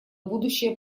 будущее